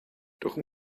doch